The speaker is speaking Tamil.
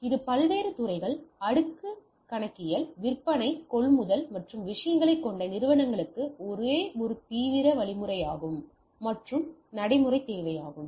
இது பல்வேறு துறைகள் அடுக்கு கணக்கியல் விற்பனை கொள்முதல் மற்றும் விஷயங்களைக் கொண்ட நிறுவனங்களுக்கு ஒரு தீவிர வழிமுறையாகும் மற்றும் நடைமுறைத் தேவையாகும்